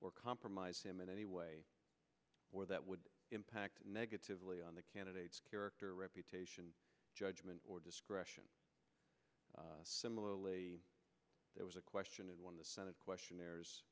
or compromise him in any way or that would impact negatively on the candidate's character or reputation judgment or discretion similarly there was a question when the senate questionnaire